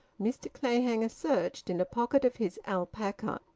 mr clayhanger searched in a pocket of his alpaca,